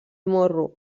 morro